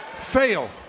Fail